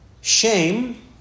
shame